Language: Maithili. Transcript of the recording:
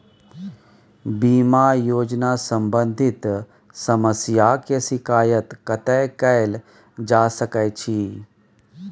बीमा योजना सम्बंधित समस्या के शिकायत कत्ते कैल जा सकै छी?